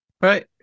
Right